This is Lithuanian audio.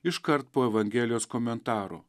iškart po evangelijos komentarų